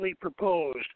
proposed